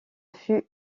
fut